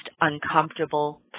uncomfortable